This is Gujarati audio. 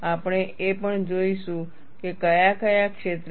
આપણે એ પણ જોઈશું કે કયા કયા ક્ષેત્રો છે